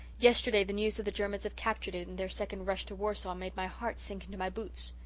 yesterday the news that the germans have captured it in their second rush to warsaw made my heart sink into my boots.